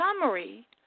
summary